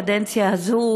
הקדנציה הזאת,